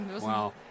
Wow